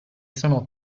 sono